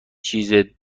چیزی